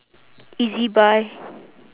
ezbuy